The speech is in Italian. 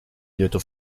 lieto